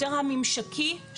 יותר הממשקי,